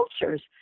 cultures